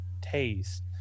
taste